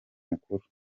mukuru